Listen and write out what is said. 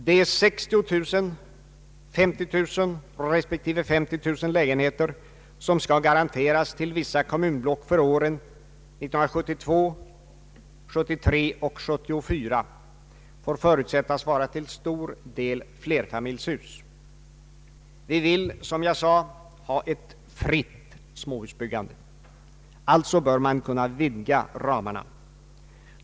De 60 000, 50 000 respektive 50 000 lägenheter som skall garanteras till vissa kommunblock för åren 1972, 1973 och 1974, får förutsättas vara till stor del flerfamiljshus. Vi vill, som jag sade, ha ett fritt småhusbyggande. Ramarna bör alltså kunna vidgas.